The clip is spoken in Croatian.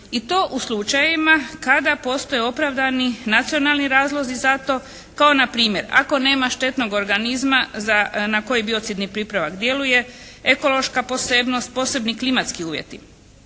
i to u slučajevima kada postoje opravdani nacionalni razlozi za to kao na primjer: ako nema štetnog organizma na koji biocidni pripravak djeluje, ekološka posebnost, posebni klimatski uvjeti.